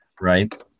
right